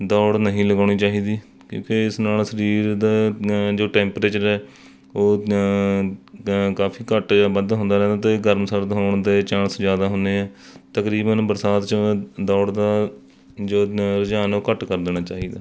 ਦੌੜ ਨਹੀਂ ਲਗਾਉਣੀ ਚਾਹੀਦੀ ਕਿਉਂਕਿ ਇਸ ਨਾਲ ਸਰੀਰ ਦਾ ਜੋ ਟੈਂਪਰੇਚਰ ਹੈ ਉਹ ਕਾਫੀ ਘੱਟ ਜਾਂ ਵੱਧ ਹੁੰਦਾ ਰਹਿੰਦਾ ਅਤੇ ਗਰਮ ਸਰਦ ਹੋਣ ਦੇ ਚਾਣਸ ਜ਼ਿਆਦਾ ਹੁੰਦੇ ਆ ਤਕਰੀਬਨ ਬਰਸਾਤ 'ਚ ਦੌੜ ਦਾ ਜੋ ਰੁਝਾਨ ਆ ਉਹ ਘੱਟ ਕਰ ਦੇਣਾ ਚਾਹੀਦਾ ਹੈ